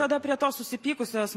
tada prie to susipykusios